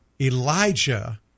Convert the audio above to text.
Elijah